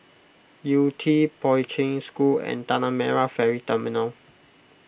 Yew Tee Poi Ching School and Tanah Merah Ferry Terminal